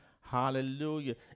hallelujah